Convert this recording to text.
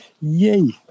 Yay